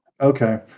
Okay